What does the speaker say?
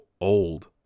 old